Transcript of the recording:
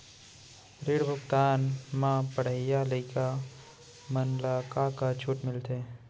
ऋण भुगतान म पढ़इया लइका मन ला का का छूट मिलथे?